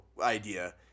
idea